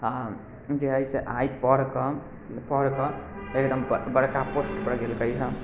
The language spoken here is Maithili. आ जे है से आइ पढ़ि कऽ पढ़ि कऽ एकदम बड़का पोस्ट पर गेलकै हँ